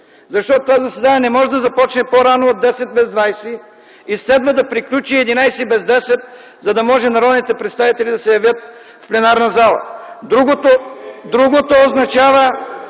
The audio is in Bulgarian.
Защото това заседание не може да започне по-рано от 10 без 20 и следва да приключи 11 без 10, за да може народните представители да се явят в пленарната зала. (Шум в